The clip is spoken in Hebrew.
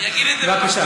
אני אגיד את זה, בבקשה.